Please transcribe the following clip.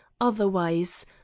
otherwise